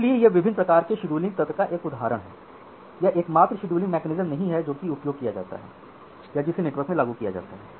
इसलिए यह विभिन्न प्रकार के शेड्यूलिंग तंत्र का एक उदाहरण है यह एकमात्र शेड्यूलिंग मैकेनिज्म नहीं है जो कि उपयोग किया जाता है या जिसे नेटवर्क में लागू किया जाता है